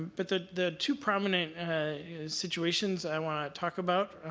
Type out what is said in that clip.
but the the two prominent situations i want to talk about,